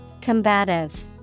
Combative